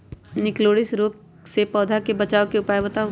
निककरोलीसिस रोग से पौधा के बचाव के उपाय बताऊ?